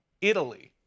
Italy